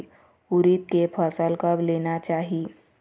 उरीद के फसल कब लेना चाही?